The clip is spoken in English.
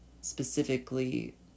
specifically